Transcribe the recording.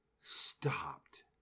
stopped